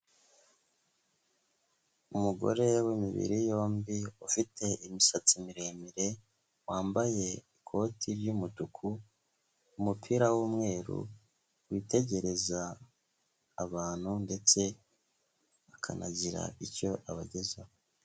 Umugore w'imibiri yombi, ufite imisatsi miremire, wambaye ikoti ry'umutuku, umupira w'umweru, witegereza abantu ndetse akanagira icyo abagezaho.